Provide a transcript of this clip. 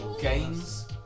games